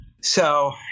So-